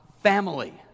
family